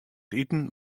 iten